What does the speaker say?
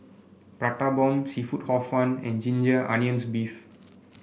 Prata Bomb seafood Hor Fun and Ginger Onions beef